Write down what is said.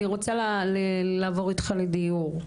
אני רוצה לעבור אתך לנושא הדיור.